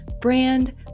brand